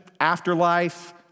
afterlife